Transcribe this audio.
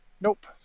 Nope